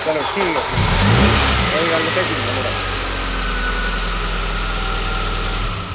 चलो ठीक ऐ भी कोई गल्ल निं भेजी दिन्ना मुड़ा